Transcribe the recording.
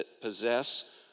possess